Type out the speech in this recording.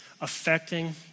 affecting